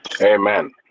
amen